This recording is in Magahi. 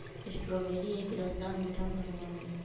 स्ट्रॉबेरी एक रसदार मीठा फल होबा हई